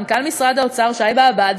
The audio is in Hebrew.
מנכ"ל משרד האוצר שי באב"ד,